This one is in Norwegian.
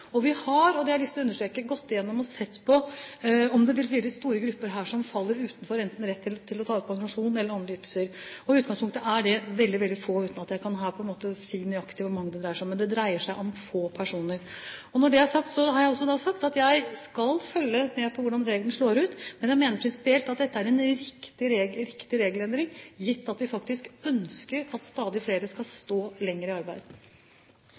har – det har jeg lyst til å understreke – gått igjennom og sett på om det vil være store grupper her som faller utenfor, enten når det gjelder retten til å ta ut pensjon eller andre ytelser. I utgangspunktet er det veldig, veldig få, uten at jeg her kan si nøyaktig hvor mange det dreier seg om. Men det dreier seg om få personer. Når det er sagt, har jeg også sagt at jeg skal følge med på hvordan regelen slår ut, men jeg mener prinsipielt at dette er en riktig regelendring gitt at vi faktisk ønsker at stadig flere skal stå lenger i arbeid.